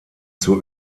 zur